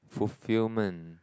fulfilment